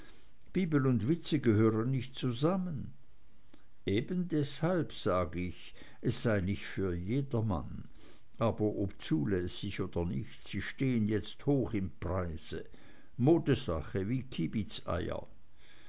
bibel und witze gehören nicht zusammen eben deshalb sagte ich es sei nicht für jedermann aber ob zulässig oder nicht sie stehen jetzt hoch im preis modesache wie